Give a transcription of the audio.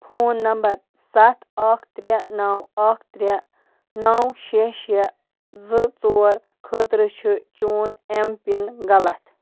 phone number ستھ اکھ ترٛےٚ نَو اکھ ترٛےٚ نَو شےٛ شےٛ زٕ ژور خٲطرٕ چھُ چون ایم پِن غلط